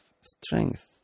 strength